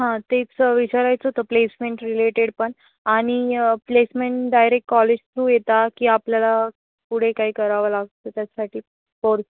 हां तेचं विचारायचं होतं प्लेसमेंट रिलेटेड पण आणि प्लेसमेंट डायरेक्ट कॉलेज थ्रू येता की आपल्याला पुढे काही करावं लागतं त्यासाठी कोर्स